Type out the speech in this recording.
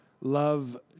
Love